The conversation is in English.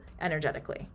energetically